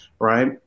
right